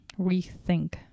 rethink